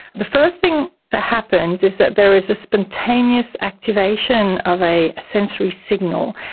the first thing that happens is that there is a spontaneous activation of a sensory signal,